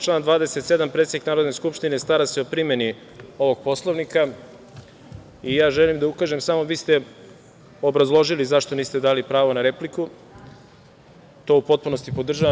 Član 27. – predsednik Narodne skupštine stara se o primeni ovog Poslovnika i želim da ukažem, vi ste obrazložili zašto niste dali pravo na repliku, to u potpunosti podržavam.